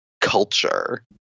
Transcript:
culture